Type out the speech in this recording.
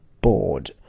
bored